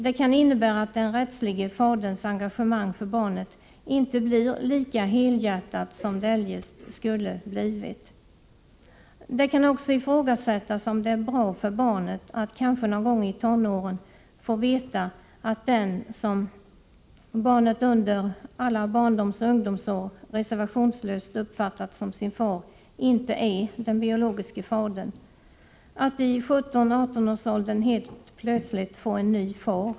Det kan innebära att den rättslige faderns engagemang för barnet inte blir lika helhjärtat som det eljest skulle ha blivit. Vidare kan det ifrågasättas om det är bra för barnet att kanske någon gång i tonåren få veta att den som barnet under barndomsoch ungdomsåren reservationslöst uppfattat som sin far inte är den biologiske fadern. I 17-18-årsåldern tår man helt plötsligt en ny far!